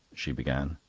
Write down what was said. she began.